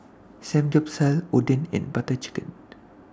Samgyeopsal Oden and Butter Chicken